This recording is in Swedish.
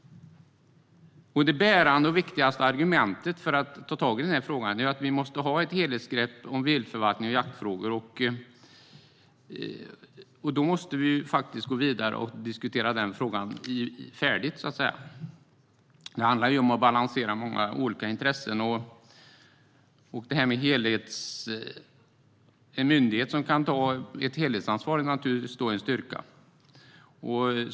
Det mest bärande och viktigaste argumentet för att ta tag i den här frågan är att vi måste ha ett helhetsgrepp om viltförvaltning och jaktfrågor, och då måste vi faktiskt gå vidare och diskutera frågan färdigt. Det handlar om att balansera många olika intressen, och en myndighet som kan ta ett helhetsansvar är naturligtvis en styrka.